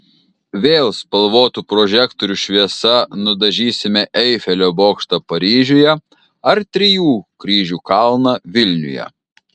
vėl spalvotų prožektorių šviesa nudažysime eifelio bokštą paryžiuje ar trijų kryžių kalną vilniuje